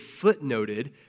footnoted